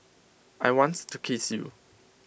I wants to kiss you